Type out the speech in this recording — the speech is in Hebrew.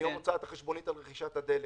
מיום הוצאת החשבונית על רכישת הדלק.